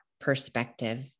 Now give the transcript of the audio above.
perspective